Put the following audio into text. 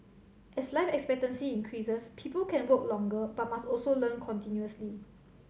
as life expectancy increases people can work longer but must also learn continuously